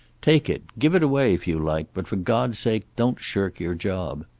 take it, give it away if you like, but for god's sake don't shirk your job.